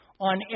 on